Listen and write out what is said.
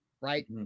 right